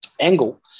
angle